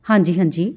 ਹਾਂਜੀ ਹਾਂਜੀ